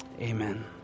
Amen